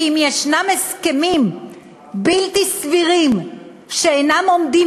אם ישנם הסכמים בלתי סבירים שאינם עומדים,